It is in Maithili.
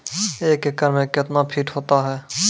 एक एकड मे कितना फीट होता हैं?